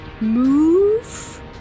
move